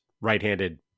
right-handed